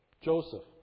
Joseph